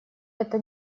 это